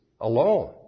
alone